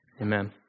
Amen